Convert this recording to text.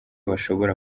bashobora